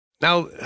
Now